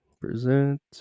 present